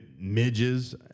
midges